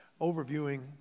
overviewing